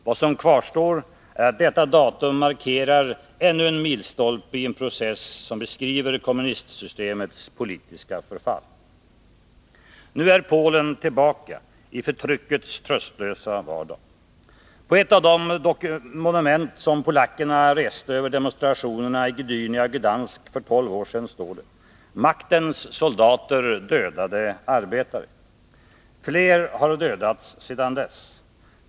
Vad som kvarstår är att detta datum markerar ännu en milstolpe i en process som beskriver kommunistsystemets politiska fall. Nu är Polen tillbaka i förtryckets tröstlösa vardag. På ett av de monument som polackerna reste över demonstrationerna i Gdynia och Gdansk för tolv år sedan står det: ”Maktens soldater dödade arbetare.” Fler har dödats sedan dess.